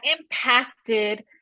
impacted